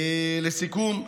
לסיכום,